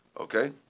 Okay